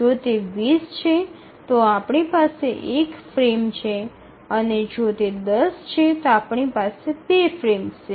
જો તે ૨0 છે તો આપણી પાસે એક ફ્રેમ છે અને જો તે ૧0 છે તો આપણી પાસે ૨ ફ્રેમ્સ છે